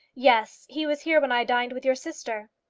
yes he was here when i dined with your sister.